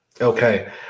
Okay